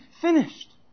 finished